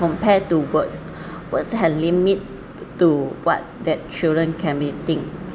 compared to words words have limit to what that children can may think